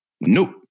Nope